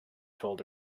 told